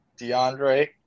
DeAndre